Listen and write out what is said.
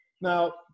Now